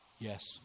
Yes